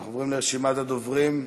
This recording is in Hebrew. אנחנו עוברים לרשימת הדוברים.